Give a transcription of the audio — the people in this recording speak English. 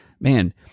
Man